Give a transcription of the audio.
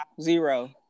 zero